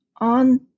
on